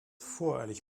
voreilig